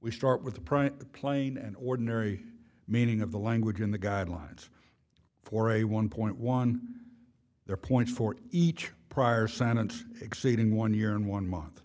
we start with the present the plain and ordinary meaning of the language in the guidelines for a one point one their points for each prior sentence exceeding one year in one month